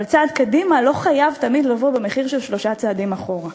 אבל צעד קדימה לא חייב תמיד לבוא במחיר של שלושה צעדים אחורה.